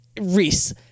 Reese